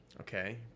Okay